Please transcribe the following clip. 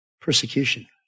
Persecution